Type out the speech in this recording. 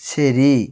ശരി